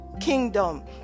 kingdom